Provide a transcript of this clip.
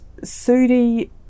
SUDI